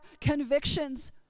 convictions